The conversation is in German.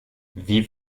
wie